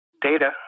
data